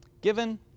Given